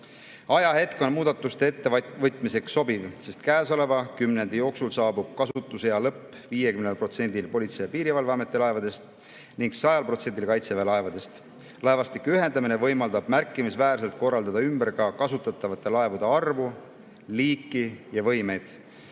Ajahetk on muudatuste ettevõtmiseks sobiv, sest käesoleva kümnendi jooksul saabub kasutusaja lõpp 50%-le Politsei- ja Piirivalveameti laevadest ning 100%-le Kaitseväe laevadest. Laevastike ühendamine võimaldab märkimisväärselt korraldada ümber ka kasutatavate laevade arvu, liiki ja võimeid,